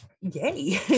yay